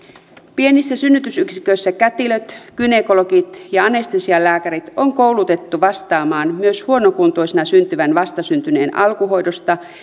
pienissä synnytysyksiköissä kätilöt gynekologit ja anestesialääkärit on koulutettu vastaamaan myös huonokuntoisena syntyvän vastasyntyneen alkuhoidosta